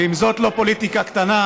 ואם זאת לא פוליטיקה קטנה,